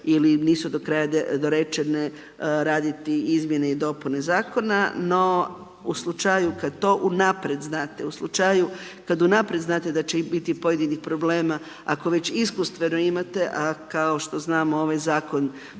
ili nisu do kraja dorečene, raditi izmjene i dopuna Zakona, no u slučaju kad to unaprijed znate, u slučaju kad unaprijed znate da će biti pojedinih problema, ako već iskustveno imate, a kao što znamo ovaj Zakon,